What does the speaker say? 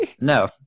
No